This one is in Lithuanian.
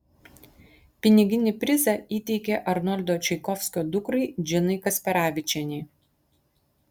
piniginį prizą įteikė arnoldo čaikovskio dukrai džinai kasperavičienei